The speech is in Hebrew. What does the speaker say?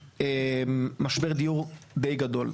יש משבר דיור די גדול.